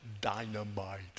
dynamite